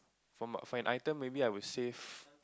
for for an item maybe I would save